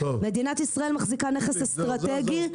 מדינת ישראל מחזיקה נכס אסטרטגי,